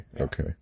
Okay